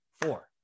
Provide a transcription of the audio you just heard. four